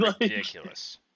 ridiculous